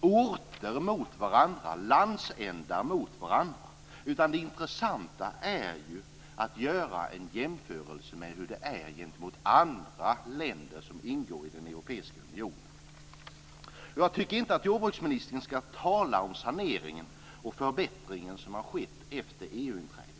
orter och landsändar mot varandra. Det intressanta är att göra en jämförelse med hur det är i andra länder som ingår i den europeiska unionen. Jag tycker inte att jordbruksministern ska tala om en sanering och förbättring som har skett efter EU inträdet.